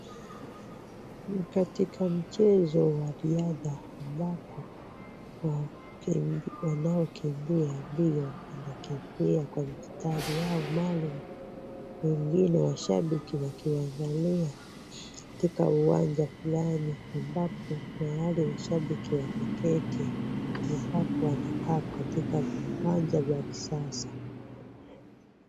Ni katika mchezo wa riadha ambapo wanaokimbia mbio wanakimbia kwa mistari yao maalum wengine mashabiki wakiwaangalia katika uwanja fulani ambapo tayari mashabiki wameketi na hapo wanakaa katika viwanja vya kisasa.